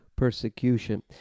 persecution